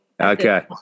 Okay